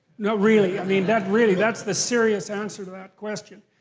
no, really. i mean that really, that's the serious answer to that question.